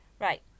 right